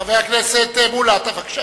חבר הכנסת מולה, בבקשה.